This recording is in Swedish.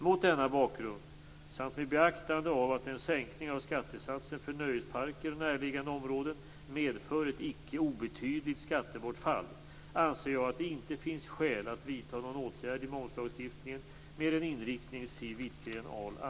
Mot denna bakgrund samt med beaktande av att en sänkning av skattesatsen för nöjesparker och närliggande områden medför ett icke obetydligt skattebortfall anser jag att det inte finns skäl att vidta någon åtgärd i momslagstiftningen med den inriktning Siw